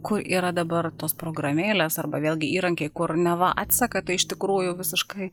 kur yra dabar tos programėlės arba vėlgi įrankiai kur neva atseka tai iš tikrųjų visiškai